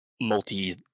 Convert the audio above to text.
multi